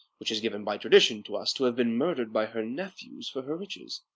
which is given by tradition to us to have been murder'd by her nephews for her riches.